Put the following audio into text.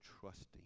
trusting